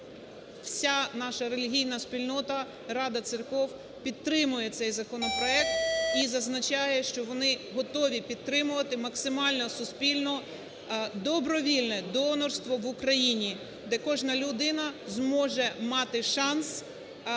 вся наша релігійна спільнота, Рада Церков підтримує цей законопроект і зазначає, що вони готові підтримувати максимально суспільно добровільне донорство в Україні, де кожна людина зможе мати шанс врятувати